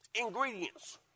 Ingredients